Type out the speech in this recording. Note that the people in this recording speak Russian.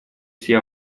все